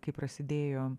kai prasidėjo